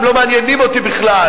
שהם לא מעניינים אותי בכלל,